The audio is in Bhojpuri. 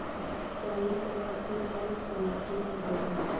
चन्ना के खेती कौन सा मिट्टी पर होला?